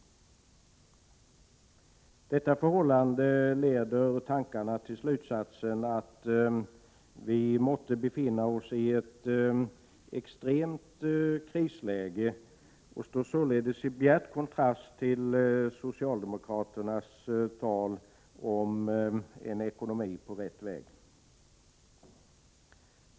Detta förhållande leder tankarna till slutsatsen att vi måtte befinna oss i ett extremt krisläge och står således i bjärt kontrast till socialdemokraternas tal om en ekonomi på rätt väg.